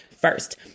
first